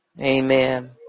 Amen